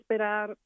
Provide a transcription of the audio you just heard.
esperar